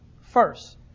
First